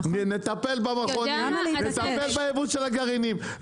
נטפל במכונים, נטפל בייבוא של הגרעינים.